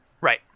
Right